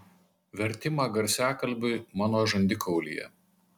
vertimą garsiakalbiui mano žandikaulyje